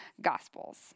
gospels